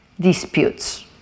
disputes